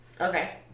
Okay